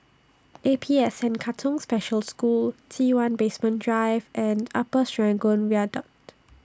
A P S N Katong Special School T one Basement Drive and Upper Serangoon Viaduct